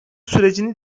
sürecini